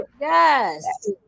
yes